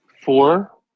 Four